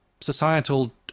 societal